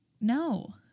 No